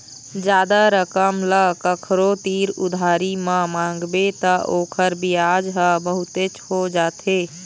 जादा रकम ल कखरो तीर उधारी म मांगबे त ओखर बियाज ह बहुतेच हो जाथे